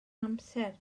amser